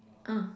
uh